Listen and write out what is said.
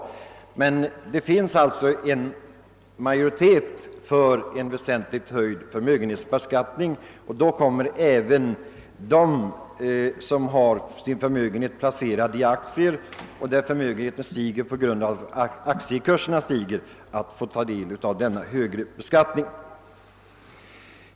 Men det finns alltså en majoritet för en väsentligt höjd förmögenhetsbeskattning. Även de som har sin förmögenhet placerad i aktier, så att den stiger när aktiekurserna stiger, kommer att få del av denna högre skatt.